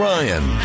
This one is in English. Ryan